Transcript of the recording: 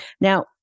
now